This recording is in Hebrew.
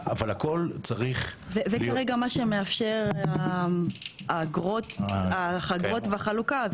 זה כרגע מה שמאפשרים האגרות והחלוקה.